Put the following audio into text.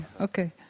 Okay